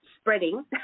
spreading